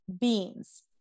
beans